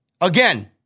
Again